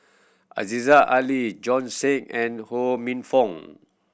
Aziza Ali Bjorn Shen and Ho Minfong